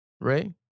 right